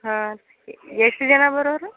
ಹಾಂ ಎಷ್ಟು ಜನ ಬರೋರು